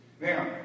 Now